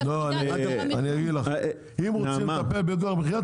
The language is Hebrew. תפקידה --- אם רוצים לטפל ביוקר המחיה,